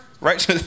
Right